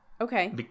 Okay